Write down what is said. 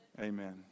Amen